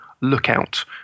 Lookout